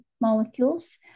molecules